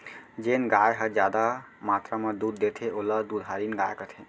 जेन गाय ह जादा मातरा म दूद देथे ओला दुधारिन गाय कथें